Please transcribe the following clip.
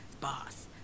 boss